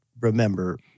remember